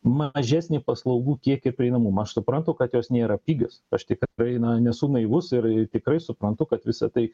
mažesnį paslaugų kiekį ir prieinamumą aš suprantu kad jos nėra pigios aš tikrai na nesu naivus ir tikrai suprantu kad visa tai